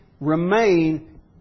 remain